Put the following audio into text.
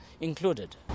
included